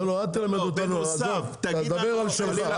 לא לא אל תלמד אותנו עזוב תדבר על שלך.